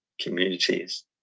communities